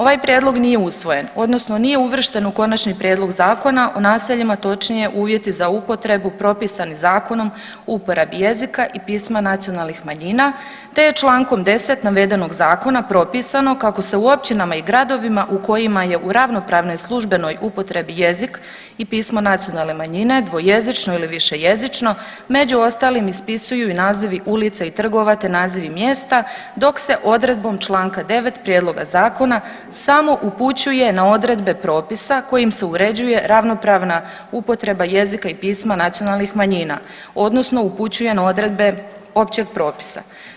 Ovaj prijedlog nije usvojen odnosno nije uvršten u konačni prijedloga Zakona o naseljima točnije uvjeti za upotrebu propisani zakonom o uporabi jezika i pisma nacionalnih manjina te je Člankom 10. navedenog zakona propisano kako se u općinama i gradovima u kojima je u ravnopravnoj službenoj upotrebi jezik i pismo nacionalne manjine dvojezično ili višejezično među ostalim ispisuju i nazivi ulica i trgova te nazivi mjesta dok se odredbom Članka 9. prijedloga zakona samo upućuje na odredbe propisa kojim se uređuje ravnopravna upotreba jezika i pisma nacionalnih manjina odnosno upućuje na odredbe općeg propisa.